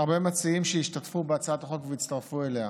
מציעים שהשתתפו בהצעת החוק והצטרפו אליה.